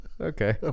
Okay